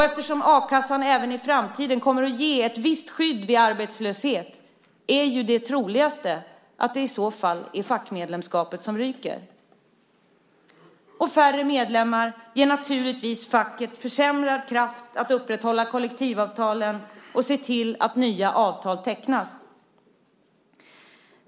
Eftersom a-kassan även i framtiden kommer att ge ett visst skydd vid arbetslöshet är det troligast att det i så fall är fackmedlemskapet som ryker. Färre medlemmar ger naturligtvis facket försämrad kraft att upprätthålla kollektivavtalen och se till att nya avtal tecknas.